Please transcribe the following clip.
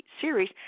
series